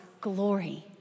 glory